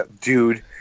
Dude